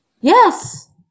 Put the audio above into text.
Yes